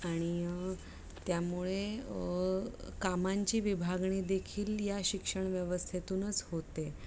आणि त्यामुळे कामांची विभागणी देखील या शिक्षण व्यवस्थेतूनच होते